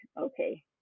okay